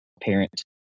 parent